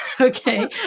okay